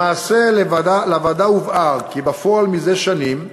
למעשה, לוועדה הובהר כי בפועל, מזה שנים,